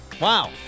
Wow